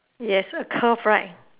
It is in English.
yes a curve right